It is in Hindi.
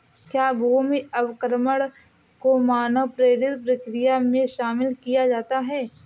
क्या भूमि अवक्रमण को मानव प्रेरित प्रक्रिया में शामिल किया जाता है?